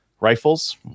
Rifles